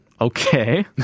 Okay